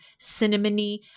cinnamony